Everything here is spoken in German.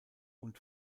und